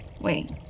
Wait